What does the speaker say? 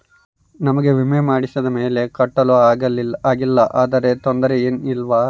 ನಮಗೆ ವಿಮೆ ಮಾಡಿಸಿದ ಮೇಲೆ ಕಟ್ಟಲು ಆಗಿಲ್ಲ ಆದರೆ ತೊಂದರೆ ಏನು ಇಲ್ಲವಾ?